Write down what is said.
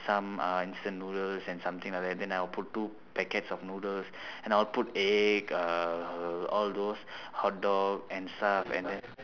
some uh instant noodles and something like that then I would put two packets of noodles and I would put egg err all those hotdog and stuff and then